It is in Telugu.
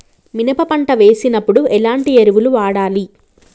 మినప పంట వేసినప్పుడు ఎలాంటి ఎరువులు వాడాలి?